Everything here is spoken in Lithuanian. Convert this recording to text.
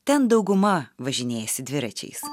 ten dauguma važinėjasi dviračiais